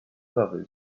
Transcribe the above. love